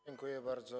Dziękuję bardzo.